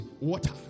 water